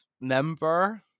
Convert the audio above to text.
member